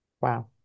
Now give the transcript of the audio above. wow